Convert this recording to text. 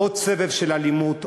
עוד סבב של אלימות,